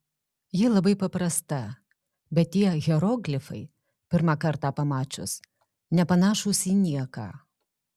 ji labai paprasta bet tie hieroglifai pirmą kartą pamačius nepanašūs į nieką